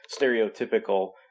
stereotypical